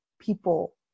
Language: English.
people